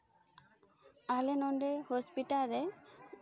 ᱟᱞᱮ ᱱᱚᱸᱰᱮ ᱦᱚᱥᱯᱤᱴᱟᱞ ᱨᱮ